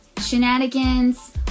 Shenanigans